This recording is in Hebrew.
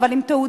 אבל עם תעודה.